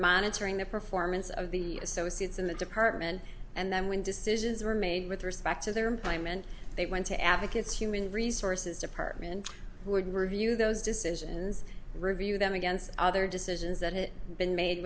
monitoring the performance of the associates in the department and then when decisions were made with respect to their employment they went to advocates human resources department who would review those decisions review them against other decisions that it been made